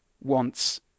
wants